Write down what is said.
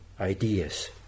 ideas